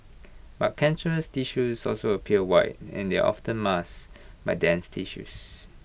but cancerous tissues also appear white and there often masked by dense tissues